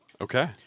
Okay